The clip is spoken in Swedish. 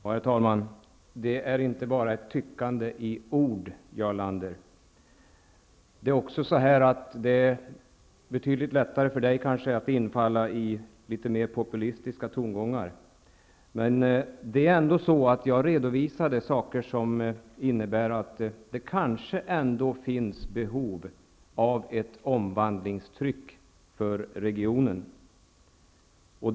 Herr talman! Det är inte bara ett tyckande i ord, Jarl Lander. Det är kanske betydligt lättare för Jarl Lander att infalla i mer populistiska tongångar. Jag redovisade faktiskt här saker som innebär att det kanske ändå finns behov av ett omvandlingstryck för regionen.